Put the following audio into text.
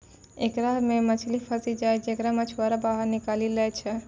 एकरा मे मछली फसी जाय छै जेकरा मछुआरा बाहर निकालि लै छै